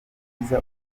byiza